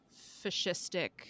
fascistic